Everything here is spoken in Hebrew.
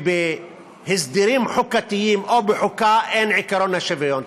שבהסדרים חוקתיים או בחוקה אין עקרון השוויון.